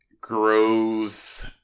grows